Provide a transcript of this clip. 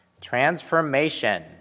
Transformation